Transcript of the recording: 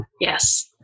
Yes